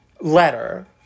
letter